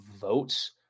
votes